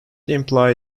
imply